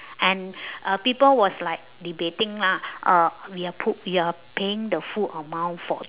and uh people was like debating lah uh we are p~ we are paying the full amount for